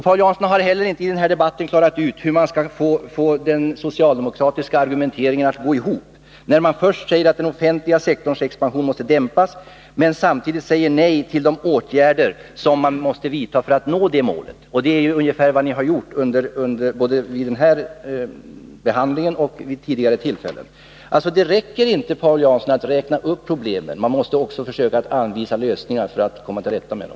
Paul Jansson har inte heller i den här debatten klarat ut hur man skall få den socialdemokratiska argumenteringen att gå ihop, när man först säger att den offentliga sektorns expansion måste dämpas men samtidigt säger nej till de åtgärder som måste vidtas för att man skall nå målet. Det är ungefär vad ni gjort i denna behandling och vid tidigare tillfällen. Det räcker inte, Paul Jansson, att räkna upp problemen. Man måste också försöka anvisa lösningar för att komma till rätta med dem.